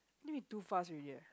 think we too fast already eh